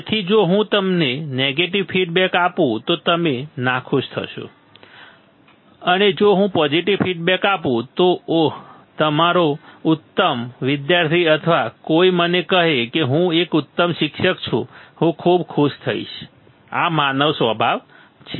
તેથી જો હું તમને નેગેટિવ ફીડબેક આપું તો તમે નાખુશ થશો અને જો હું પોઝિટિવ ફીડબેક આપું તો ઓહ તમારો ઉત્તમ વિદ્યાર્થી અથવા કોઈ મને કહે હું એક ઉત્તમ શિક્ષક છું હું ખૂબ ખુશ થઈશ આ માનવ સ્વભાવ છે